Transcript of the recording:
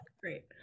great